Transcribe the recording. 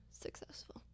successful